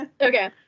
okay